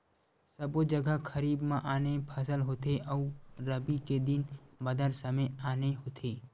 सबो जघा खरीफ म आने फसल होथे अउ रबी के दिन बादर समे आने होथे